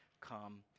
come